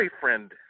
boyfriend